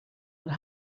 and